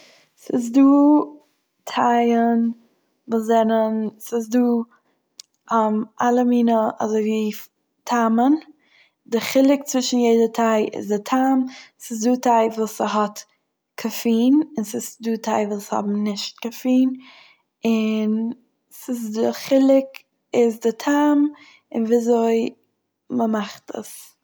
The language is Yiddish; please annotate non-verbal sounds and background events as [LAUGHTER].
ס'איז דא טייען וואס זענען- ס'איז דא [HESITATION] אלע מינע אזוי ווי טעם'ען, די חילוק צווישן יעדע טיי איז די טעם, ס'איז דא טיי וואס ס'האט קאפין און ס'איז דא טיי וואס האבן נישט קאפין, און ס'איז די חילוק איז די טעם און ווי אזוי מ'מאכט עס.